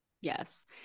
Yes